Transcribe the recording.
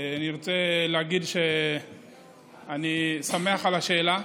אני רוצה להגיד שאני שמח על השאלה.